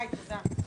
כן?